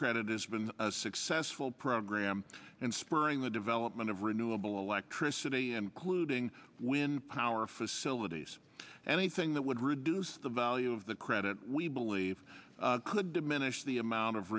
credit is been successful program and spurring the development of renewable electricity including win power facilities anything that would reduce the value of the credit we believe could diminish the amount of